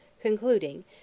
concluding